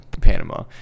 Panama